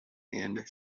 and